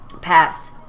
Pass